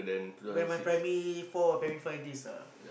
when my primary four or primary five days ah